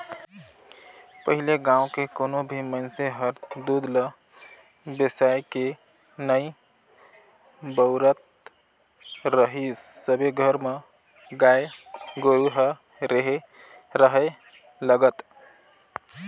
पहिले गाँव के कोनो भी मइनसे हर दूद ल बेसायके नइ बउरत रहीस सबे घर म गाय गोरु ह रेहे राहय लगत